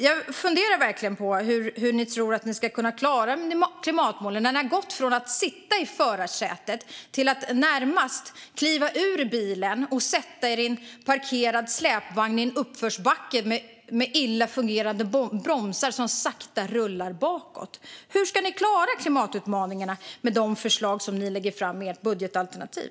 Jag funderar verkligen på hur ni tror att ni ska kunna klara klimatmålen, när ni har gått från att sitta i förarsätet till att närmast kliva ur bilen och sätta er i en släpvagn som är parkerad i en uppförsbacke, har illa fungerande bromsar och sakta rullar bakåt. Hur ska ni klara klimatutmaningarna med de förslag som ni lägger fram i ert budgetalternativ?